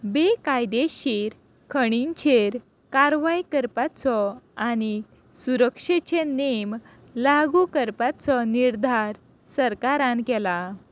बेकायदेशीर खणींचेर कारवाय करपाचो आनी सुरक्षेचे नेम लागू करपाचो निर्धार सरकारान केला